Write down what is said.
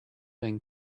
hang